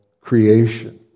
creation